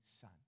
son